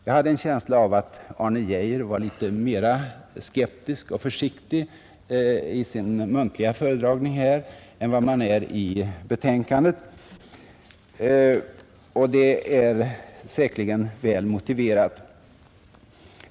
Jag hade en känsla av att Arne Geijer var litet mera skeptisk och försiktig i sin muntliga föredragning här än vad man är i betänkandet, och det är säkerligen väl motiverat.